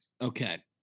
Okay